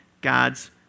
God's